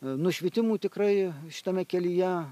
nušvitimų tikrai šitame kelyje